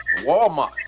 Walmart